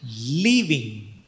leaving